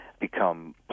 become